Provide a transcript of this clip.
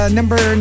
number